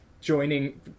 joining